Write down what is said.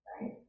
right